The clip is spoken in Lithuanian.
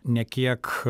ne kiek